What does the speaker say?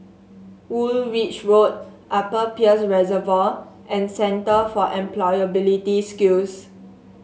Woolwich Road Upper Peirce Reservoir and Centre for Employability Skills